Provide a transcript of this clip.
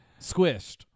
Squished